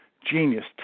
genius